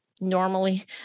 normally